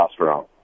testosterone